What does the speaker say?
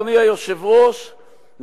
אדוני היושב-ראש,